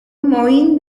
mohín